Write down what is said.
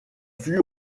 fut